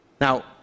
Now